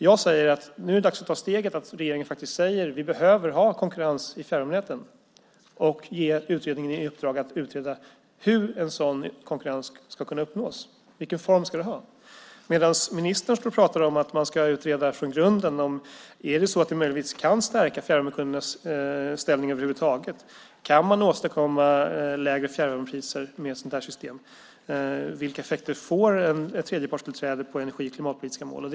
Jag säger att det är dags för regeringen att ta steget, säga att vi behöver ha konkurrens i fjärrvärmenäten och ge utredningen i uppdrag att utreda hur en sådan konkurrens ska kunna uppnås och vilken form den ska ha, medan ministern står och pratar om att man ska utreda det från grunden. Är det så att det möjligtvis kan stärka fjärrvärmekundernas ställning över huvud taget? Kan man åstadkomma lägre fjärrvärmepriser med ett sådant här system? Vilka effekter får ett tredjepartstillträde på de energi och klimatpolitiska målen?